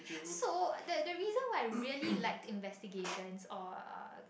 so the the reason why I really liked investigations or uh